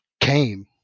came